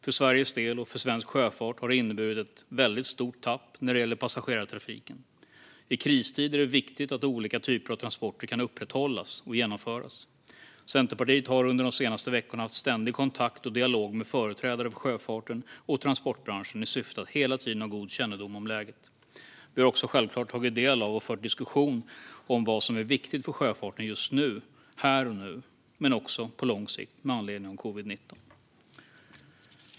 För Sveriges del och för svensk sjöfart har det inneburit ett väldigt stort tapp när det gäller passagerartrafiken. I kristider är det viktigt att olika typer av transporter kan upprätthållas och genomföras. Centerpartiet har under de senaste veckorna haft ständig kontakt och dialog med företrädare för sjöfarten och transportbranschen i syfte att hela tiden ha god kännedom om läget. Vi har också självklart tagit del och fört diskussion om vad som är viktigt för sjöfarten just här och nu men också på lång sikt med anledning av covid-19.